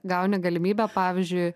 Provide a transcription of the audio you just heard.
gauni galimybę pavyzdžiui